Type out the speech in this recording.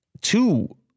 two